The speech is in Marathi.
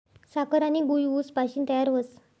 साखर आनी गूय ऊस पाशीन तयार व्हस